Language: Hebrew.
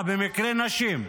אה, במקרה נשים.